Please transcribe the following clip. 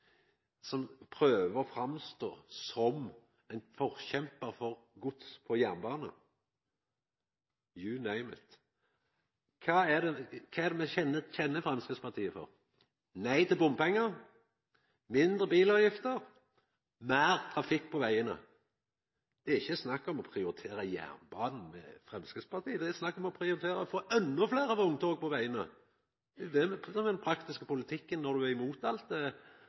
som prøver å stå fram som ein forkjempar for gods på jernbane – «you name it». Kva er det me kjenner Framstegspartiet for? – Nei til bompengar, mindre bilavgifter, meir trafikk på vegane. Det er ikkje snakk om å prioritera jernbanen med Framstegspartiet. Det er snakk om å prioritera å få endå fleire vogntog på vegane. Det er det som er den praktiske politikken når ein er mot alt